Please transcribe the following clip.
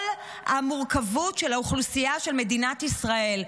המורכבות של האוכלוסייה של מדינת ישראל.